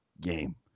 game